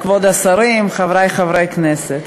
כבוד השרים, חברי חברי הכנסת,